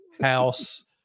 house